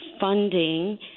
funding